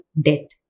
debt